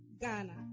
Ghana